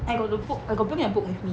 I got the book I got bring the book with me